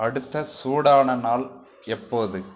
அடுத்த சூடான நாள் எப்போது